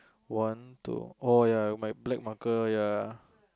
one two oh ya my black marker ya